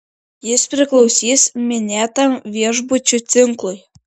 jis priklausys minėtam viešbučių tinklui